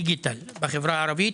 דיגיטל בחברה הערבית,